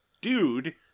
dude